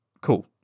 cool